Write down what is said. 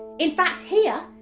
in fact here,